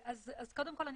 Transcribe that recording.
אז קודם כול,